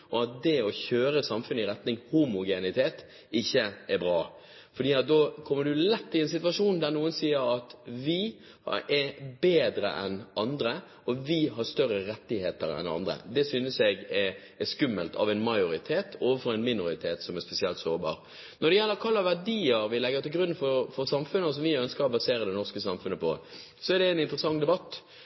og at det å kjøre samfunnet i retning homogenitet, ikke er bra. Da kommer du lett i en situasjon der noen sier at vi er bedre enn andre, og vi har større rettigheter enn andre. Det synes jeg er skummelt av en majoritet overfor en minoritet som er spesielt sårbar. Når det gjelder hva slags verdier vi legger til grunn for samfunnet, og som vi ønsker å basere det norske samfunnet på, er det en interessant debatt.